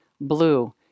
blue